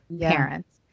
parents